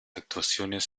actuaciones